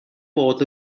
bod